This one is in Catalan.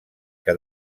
que